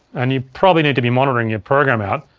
and you probably need to be monitoring your program out,